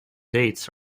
dates